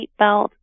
seatbelt